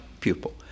pupil